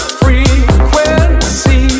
frequency